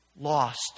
lost